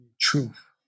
truth